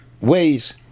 ways